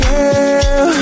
Girl